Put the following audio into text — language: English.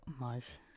Nice